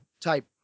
type